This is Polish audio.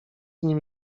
nim